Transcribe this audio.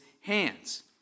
hands